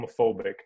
homophobic